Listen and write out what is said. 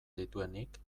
dituenik